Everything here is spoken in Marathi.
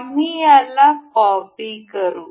आम्ही याला कॉपी करू